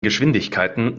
geschwindigkeiten